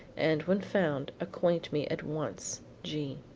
and when found, acquaint me at once. g.